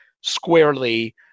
squarely